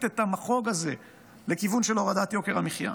את המחוג הזה לכיוון של הורדת יוקר המחיה.